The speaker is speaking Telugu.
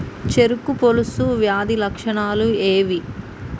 చెరుకు పొలుసు వ్యాధి లక్షణాలు ఏవి?